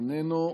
איננו,